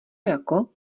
jako